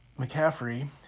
McCaffrey